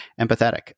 empathetic